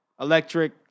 electric